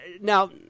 now